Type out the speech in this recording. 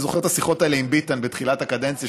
אני זוכר את השיחות האלה עם ביטן בתחילת הקדנציה,